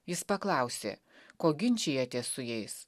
jis paklausė ko ginčijatės su jais